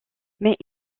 mais